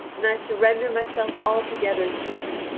and i surrender myself altogether to you,